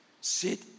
sit